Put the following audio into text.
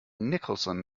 nicholson